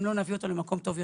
אם לא נביא אותו למקום טוב יותר.